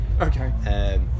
Okay